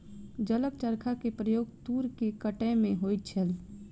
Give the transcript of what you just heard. जलक चरखा के प्रयोग तूर के कटै में होइत छल